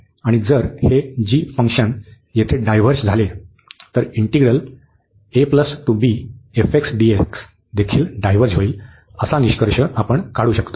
आणि जर हे g फंक्शन येथे डायव्हर्ज झाले तर इंटिग्रल देखील डायव्हर्ज होईल असा निष्कर्ष आपण काढू शकतो